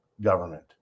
government